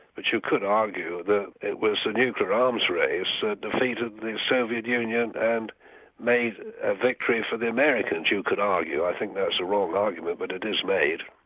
but you could argue that it was the nuclear arms race that defeated the soviet union and made a victory for the americans, you could argue. i think that's a wrong argument but it is made.